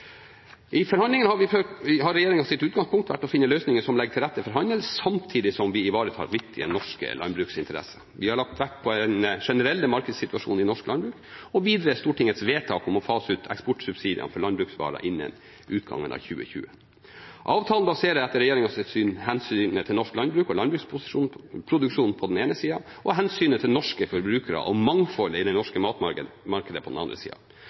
I forhandlingene har regjeringens utgangspunkt vært å finne løsninger som legger til rette for handel samtidig som vi ivaretar viktige norske landbruksinteresser. Vi har lagt vekt på den generelle markedssituasjonen i norsk landbruk og videre Stortingets vedtak om å fase ut eksportsubsidiene for landbruksvarer innen utgangen av 2020. Avtalen balanserer etter regjeringens syn hensynet til norsk landbruk og landbruksproduksjonen på den ene siden og hensynet til norske forbrukere og mangfoldet i det norske matmarkedet på den andre